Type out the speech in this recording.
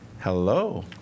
Hello